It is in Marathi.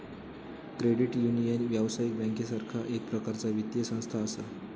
क्रेडिट युनियन, व्यावसायिक बँकेसारखा एक प्रकारचा वित्तीय संस्था असा